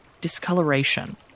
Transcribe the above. discoloration